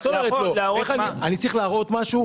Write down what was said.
אני צריך להראות משהו,